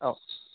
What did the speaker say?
औ